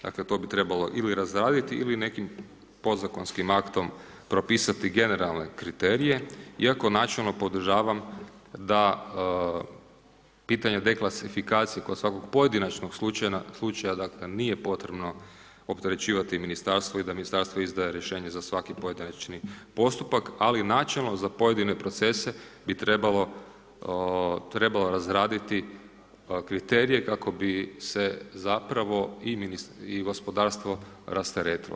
Dakle to bi trebalo ili razraditi ili nekim podzakonskim aktom propisati generalne kriterije iako načelno podržavam da pitanje deklasifikacije kod svakog pojedinačnog slučaja, dakle nije potrebno opterećivati ministarstvo i da ministarstvo izdaje rješenje za svaki pojedinačni postupak ali načelno za pojedine procese bi trebalo, trebalo razraditi kriterije kako bi se zapravo i gospodarstvo rasteretilo.